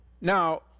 Now